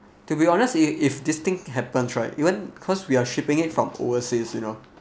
to be honest if if this thing happens right it won't cause we're shipping it from overseas you know